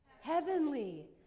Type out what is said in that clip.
Heavenly